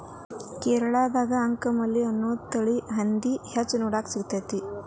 ಕೇರಳದಾಗ ಅಂಕಮಲಿ ಅನ್ನೋ ತಳಿಯ ಹಂದಿ ಹೆಚ್ಚ ನೋಡಾಕ ಸಿಗ್ತೇತಿ